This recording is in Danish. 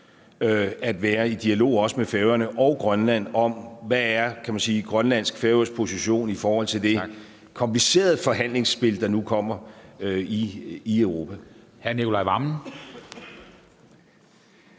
at være i dialog også med Færøerne og Grønland om, hvad grønlandsk og færøsk position er i forhold til det komplicerede forhandlingsspil, der nu kommer i Europa.